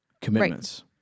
commitments